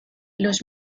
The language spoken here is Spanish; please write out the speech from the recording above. los